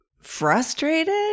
frustrated